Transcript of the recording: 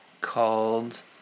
called